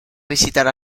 visitar